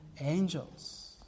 Angels